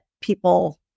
people